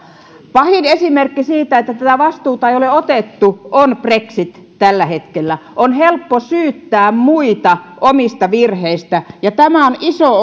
pahin esimerkki siitä että tätä vastuuta ei ole otettu on brexit tällä hetkellä on helppo syyttää muita omista virheistään ja tämä on iso